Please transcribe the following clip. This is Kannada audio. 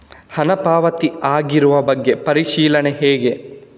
ಹಣ ಪಾವತಿ ಆಗಿರುವ ಬಗ್ಗೆ ಪರಿಶೀಲನೆ ಹೇಗೆ?